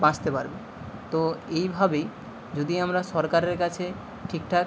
বাঁচতে পারবে তো এইভাবেই যদি আমরা সরকারের কাছে ঠিকঠাক